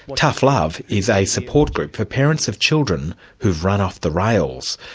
tough love is a support group for parents of children who've run off the rails.